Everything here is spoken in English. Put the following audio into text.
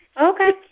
Okay